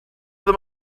them